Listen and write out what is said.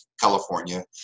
California